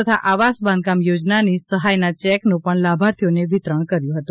તથા આવાસ બાંધકામ યોજનાની સહાયના ચેકનું પણ લાભાર્થીઓને વિતરણ કર્યું હતું